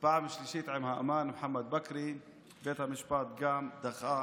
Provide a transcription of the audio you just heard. פעם שלישית עם האמן מוחמד בכרי, בית המשפט דחה